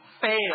fail